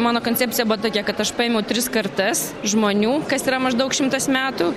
mano koncepcija buvo tokia kad aš paimiau tris kartas žmonių kas yra maždaug šimtas metų